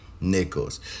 Nickels